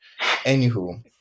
Anywho